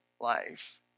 life